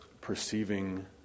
perceiving